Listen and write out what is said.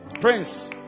Prince